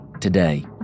Today